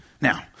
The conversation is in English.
now